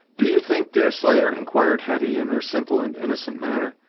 do you think, deerslayer, inquired hetty, in her simple and innocent manner,